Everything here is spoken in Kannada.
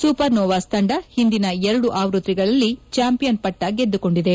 ಸೂಪರ್ ನೋವಾಸ್ ತಂಡ ಹಿಂದಿನ ಎರಡು ಆವೃತ್ತಿಗಳಲ್ಲಿ ಚಾಂಪಿಯನ್ ಪಟ್ಟ ಗೆದ್ದುಕೊಂಡಿದೆ